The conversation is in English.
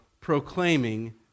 proclaiming